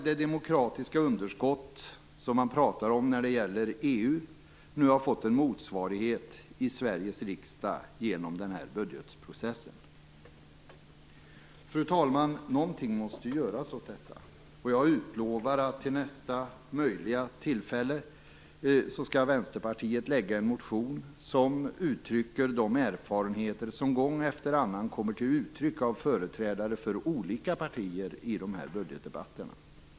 Det demokratiska underskott som man talar om när det gäller EU har nu fått sin motsvarighet i Sveriges riksdag genom denna budgetprocess. Fru talman! Någonting måste göras åt detta. Jag lovar att Vänsterpartiet vid nästa möjliga tillfälle skall väcka en motion som uttrycker de erfarenheter som gång efter annan redovisas av företrädare från olika partier i dessa budgetdebatter.